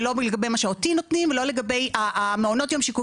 לא לגבי מה שאותי נותנים לא לגבי מעונות יום שיקומיים,